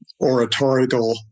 oratorical